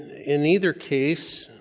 in either case,